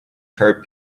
her